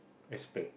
expect